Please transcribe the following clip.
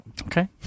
Okay